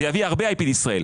זה יביא הרבה IP לישראל.